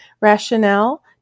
Rationale